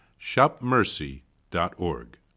shopmercy.org